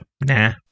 nah